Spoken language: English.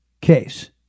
case